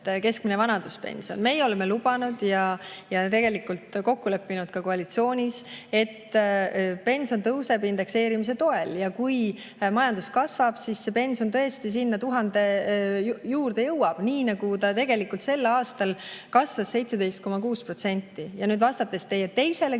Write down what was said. keskmine vanaduspension. Meie oleme lubanud ja tegelikult kokku leppinud ka koalitsioonis, et pension tõuseb indekseerimise toel. Ja kui majandus kasvab, siis pension tõesti sinna 1000 juurde jõuab, nii nagu ta tegelikult sel aastal kasvas 17,6%. Ja nüüd, vastates teie teisele